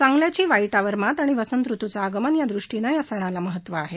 चांगल्याची वाईटावर मात आणि वसंत ऋतूचं आगमन या दृष्टीनं या सणाला महत्व आहे